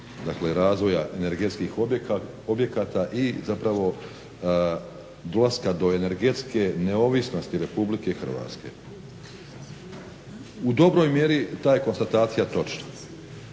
razvoja energetskih objekata i zapravo dolaska do energetske neovisnosti Republike Hrvatske. U dobroj mjeri ta je konstatacija točna.